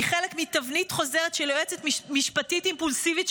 היא חלק מתבנית חוזרת של יועצת משפטית אימפולסיבית,